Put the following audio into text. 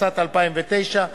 התשס"ט 2009,